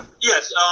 Yes